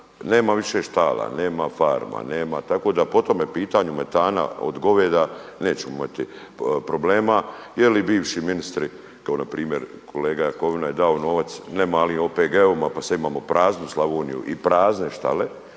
nema više štala, nema farma, nema tako da po tome pitanju metana od goveda nećemo imati problema. Jel bivši ministri kao npr. kolega Jakovina je dao novac, ne mali OPG-ovima pa sada imamo praznu Slavoniju i prazne štale,